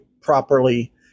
properly